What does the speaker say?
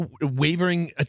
wavering